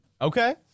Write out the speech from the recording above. Okay